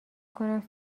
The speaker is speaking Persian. کنم